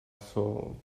soul